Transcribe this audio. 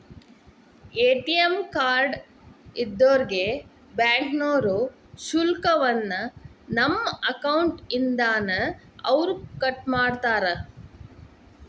ATM card ಇದ್ದೋರ್ಗೆ ಬ್ಯಾಂಕ್ನೋರು ಶುಲ್ಕವನ್ನ ನಮ್ಮ ಅಕೌಂಟ್ ಇಂದಾನ ಅವ್ರ ಕಟ್ಮಾಡ್ತಾರ